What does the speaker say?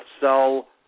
sell